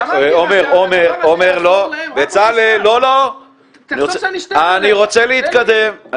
אני רוצה להתקדם.